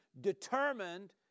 determined